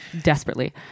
desperately